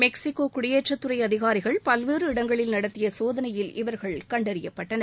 Mexico குடியேற்றத்துறை அதிகாரிகள் பல்வேறு இடங்களில் நடத்திய சோதனையில் இவர்கள் கண்டறியப்பட்டனர்